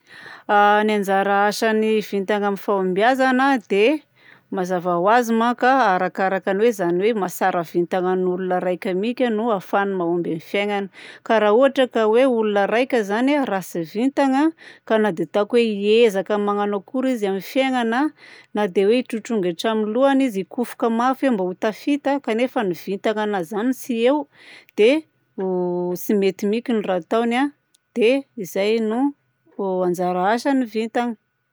Ny anjara asan'ny vintagna amin'ny fahombiazagna dia mazava ho azy manka arakaraka ny hoe zany hoe mahatsara vintagna ny ologna raika mika no ahafahany mahomby amin'ny fiaignana. Ka raha ohatra ka hoe ologna raika zany ratsy vintagna ka na dia ataoko hoe hiezaka magnano akory izy amin'ny fiaignana, na hoe hitrotrongy hatramin'ny lohany izy hikofoka mafy hoe mba ho tafita kanefa ny vintagnanazy agny tsy eo, dia tsy mety miky ny raha ataony a, dia zay no anjara asan'ny vintagna.